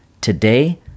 today